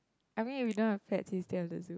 I mean if you don't affect then you still have to do